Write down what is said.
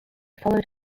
followed